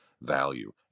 value